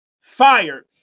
fired